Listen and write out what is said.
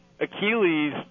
Achilles